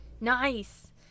nice